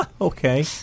okay